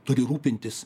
turi rūpintis